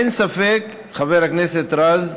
אין ספק, חבר הכנסת רז,